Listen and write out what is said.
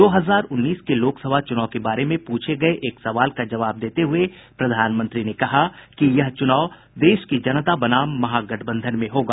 दो हजार उन्नीस के लोकसभा चुनाव के बारे में पूछे गये एक सवाल का जवाब देते हुये प्रधानमंत्री ने कहा कि यह चुनाव देश की जनता बनाम महागठबंधन में होगा